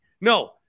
No